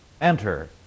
enter